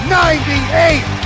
98